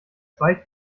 zwei